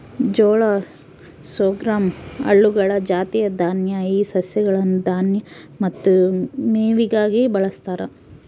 ಜೋಳ ಸೊರ್ಗಮ್ ಹುಲ್ಲುಗಳ ಜಾತಿಯ ದಾನ್ಯ ಈ ಸಸ್ಯಗಳನ್ನು ದಾನ್ಯ ಮತ್ತು ಮೇವಿಗಾಗಿ ಬಳಸ್ತಾರ